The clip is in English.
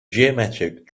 geometric